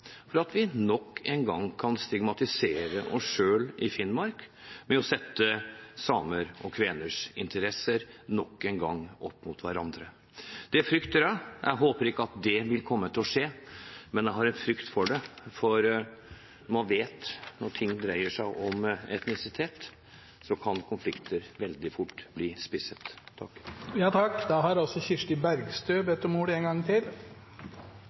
for oss enn nok en gang å dypdykke i historien, hvor det er en stor risiko for at vi selv nok en gang kan stigmatisere oss i Finnmark, ved nok en gang å sette samers og kveners interesser opp mot hverandre. Det frykter jeg. Jeg håper at det ikke vil skje, men jeg har en frykt for det, for man vet at når ting dreier seg om etnisitet, kan konflikter veldig fort bli spisset.